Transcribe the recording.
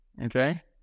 Okay